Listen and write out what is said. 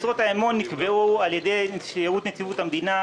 משרות האמון נקבעו על-ידי נציבות שירות המדינה.